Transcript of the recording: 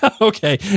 Okay